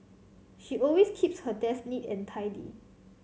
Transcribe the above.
she always keeps her desk neat and tidy